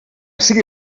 sigui